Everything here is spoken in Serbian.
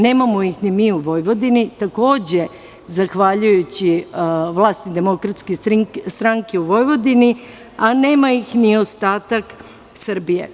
Nemamo ih ni mi u Vojvodini, takođe zahvaljujući vlasti DS u Vojvodini, a nema ih ni ostatak Srbije.